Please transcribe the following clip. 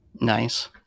Nice